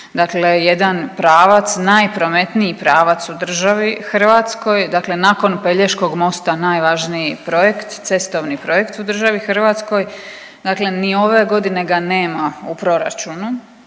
dakle jedan pravac, najprometniji pravac u državi Hrvatskoj, dakle nakon Pelješkog mosta najvažniji projekt, cestovni projekt u državi Hrvatskoj, dakle ni ove godine ga nema u proračunu